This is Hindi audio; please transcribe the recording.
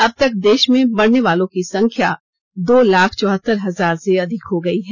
अब तक देश में मरने वालों की संख्या दो लाख चौहतर हजार से अधिक हो गई है